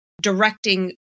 Directing